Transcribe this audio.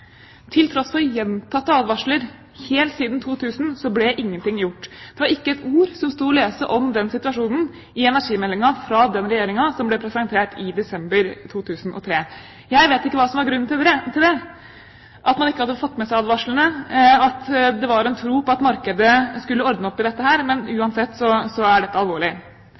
Til tross for gjentatte advarsler helt siden 2000 ble ingenting gjort. Det sto ikke et ord å lese om den situasjonen i energimeldingen som ble presentert av den regjeringen i desember 2003. Jeg vet ikke hva som var grunnen til det – at man ikke hadde fått med seg advarslene, eller at det var en tro på at markedet skulle ordne opp i dette – men uansett er dette alvorlig.